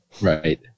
Right